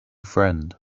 friend